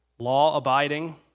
law-abiding